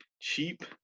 cheap